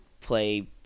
play